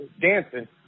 dancing